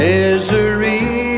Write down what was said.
Misery